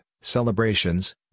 celebrations